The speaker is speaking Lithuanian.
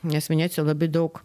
nes venecijoj labai daug